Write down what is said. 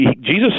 Jesus